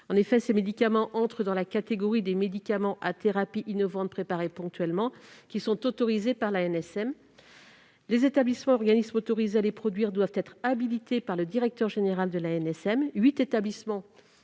En effet, ces médicaments entrent dans la catégorie des médicaments de thérapie innovante préparés ponctuellement, qui sont autorisés par l'ANSM. Les établissements et organismes autorisés à les produire doivent être habilités par le directeur général de l'ANSM.